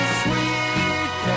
sweet